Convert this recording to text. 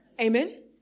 Amen